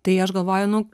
tai aš galvoju nu